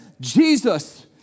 Jesus